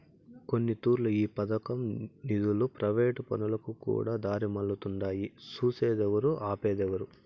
కొన్నితూర్లు ఈ పదకం నిదులు ప్రైవేటు పనులకుకూడా దారిమల్లతుండాయి సూసేదేవరు, ఆపేదేవరు